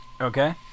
Okay